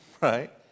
right